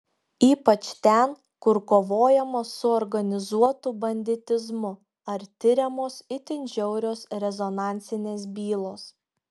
ypač ten kur kovojama su organizuotu banditizmu ar tiriamos itin žiaurios rezonansinės bylos